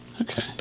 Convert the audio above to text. Okay